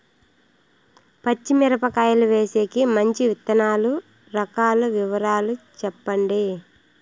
పచ్చి మిరపకాయలు వేసేకి మంచి విత్తనాలు రకాల వివరాలు చెప్పండి?